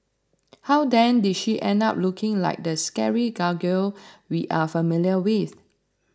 how then did she end up looking like the scary gargoyle we are familiar with